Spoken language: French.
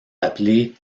appelées